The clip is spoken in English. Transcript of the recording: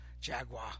Jaguar